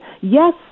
yes